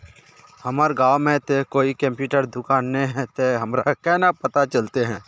हमर गाँव में ते कोई कंप्यूटर दुकान ने है ते हमरा केना पता चलते है?